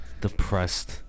Depressed